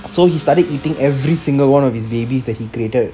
so he started eating every single one of his babies that he created